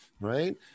right